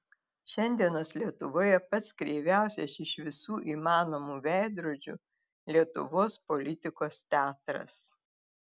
šiandienos lietuvoje pats kreiviausias iš visų įmanomų veidrodžių lietuvos politikos teatras